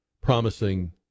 promising